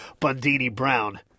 Bundini-Brown